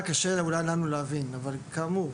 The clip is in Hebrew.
לנו להבין בתודעה, כאמור,